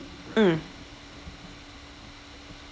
mm